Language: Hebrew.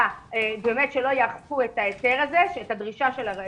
שלא יאכפו את הדרישה הזאת של העיריות,